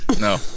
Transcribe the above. no